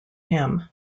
him